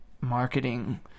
marketing